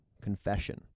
Confession